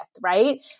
right